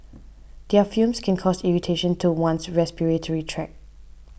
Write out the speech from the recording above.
their fumes can cause irritation to one's respiratory tract